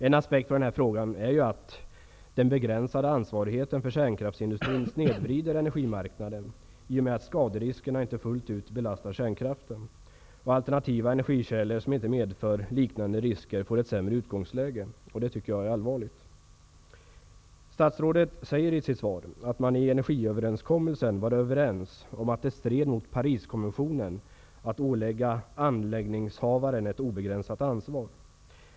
En aspekt på denna fråga är att den begränsade ansvarigheten för kärnkraftsindustrin snedvrider energimarknaden då skaderiskerna inte fullt ut belastar kärnkraften. Alternativa energikällor, som inte medför liknande risker, får ett sämre utgångsläge. Jag tycker att det är allvarligt. Statsrådet säger i sitt svar att man i energiöverenskommelsen var överens om att det stred mot Pariskonventionen att ålägga innehavaren ett obegränsat ansvar.